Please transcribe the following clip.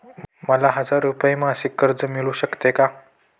मला हजार रुपये मासिक कर्ज मिळू शकते का?